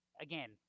Again